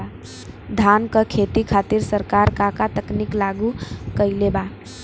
धान क खेती खातिर सरकार का का तकनीक लागू कईले बा?